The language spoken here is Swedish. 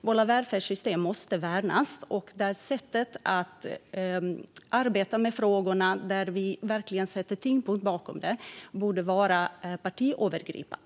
Våra välfärdssystem måste värnas. Och när det gäller sättet att arbeta med frågorna, där tyngdpunkten verkligen ligger på detta, borde det vara partiövergripande.